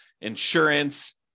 insurance